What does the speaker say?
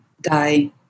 die